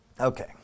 Okay